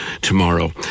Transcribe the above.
tomorrow